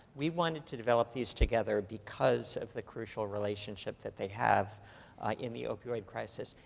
we wanted to develop these together because of the crucial relationship that they have in the opioid crisis,